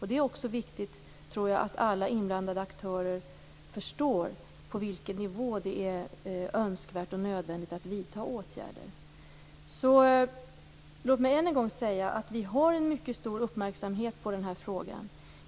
Det är också viktigt att alla inblandade aktörer förstår på vilken nivå det är önskvärt och nödvändigt att vidta åtgärder. Låt mig än en gång säga att vi har en mycket stor uppmärksamhet på den här frågan.